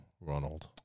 Ronald